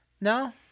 no